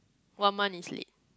one month is late